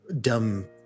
dumb